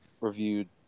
reviewed